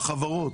החברות,